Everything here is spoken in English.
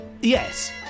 Yes